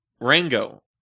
Rango